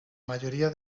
mayoría